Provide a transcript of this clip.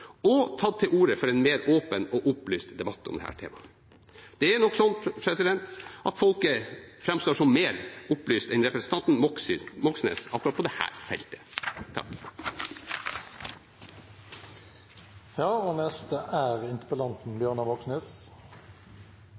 har tatt opp disse sakene i flere avisinnlegg, i taler og i foredrag, og tatt til orde for en mer åpen og opplyst debatt. Det er nok slik at folket framstår som mer opplyst enn representanten Moxnes på akkurat dette feltet. Jeg skulle ønske at forsvarsministeren kunne gitt klare svar på